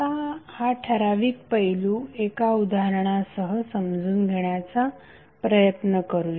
आता हा ठराविक पैलू एका उदाहरणासह समजून घेण्याचा प्रयत्न करूया